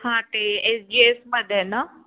हां ते S G एसमध्ये ना